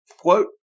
Quote